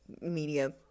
media